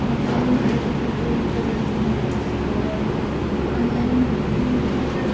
online खरेदीबद्दल बोलायचं झालंच तर ऑनलाईन ही खरं तर